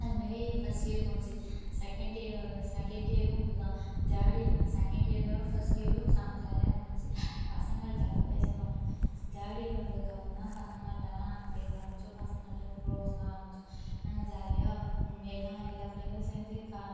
அது மாரி first year போச்சி செகண்ட் இயர் வந்துச்சு செகண்ட் இயரும் இப்படி தான் தேர்ட் இயர் செகண்ட் இயரும் ஃபஸ்ட் இயரும் செம்ம ஜாலியாக போச்சி பசங்கள்ட்டலாம் பேச மாட்டேன் தேர்ட் இயர் வந்ததுக்கப்புறந்தான் பசங்கள்ட்டலாம் நாங்கள் பேச ஆரம்பித்தோம் பசங்கள்ட்ட க்ளோஸ் ஆரம்பித்தோம் நாங்கள் ஜாலியாக எல்லாம் எல்லா பிள்ளைங்களும் சேர்ந்து க